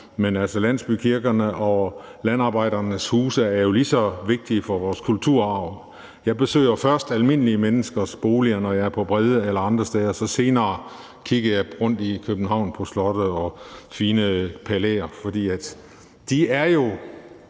men landsbykirkerne og landarbejdernes huse er altså lige så vigtige for vores kulturarv. Jeg besøger først almindelige menneskers boliger, når jeg er på Brede eller andre steder, og så senere kigger jeg rundt i København på slotte og fine palæer. For de er jo